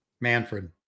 Manfred